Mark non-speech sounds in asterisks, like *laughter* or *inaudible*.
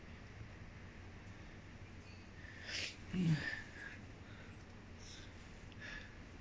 *breath*